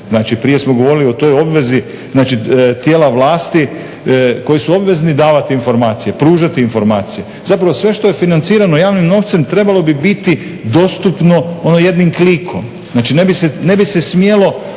prije smo govorili o toj obvezi tijela vlasti koji su obvezni davati informacije, pružati informacije. Zapravo sve što je financirano javnim novcem trebalo bi biti dostupno ono jednim klikom. Znači, ne bi se smjelo